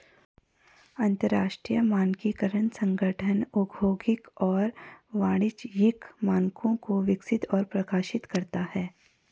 अंतरराष्ट्रीय मानकीकरण संगठन औद्योगिक और वाणिज्यिक मानकों को विकसित और प्रकाशित करता है